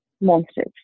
monsters